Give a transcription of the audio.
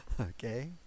okay